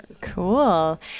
Cool